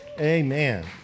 amen